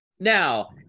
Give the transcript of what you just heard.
Now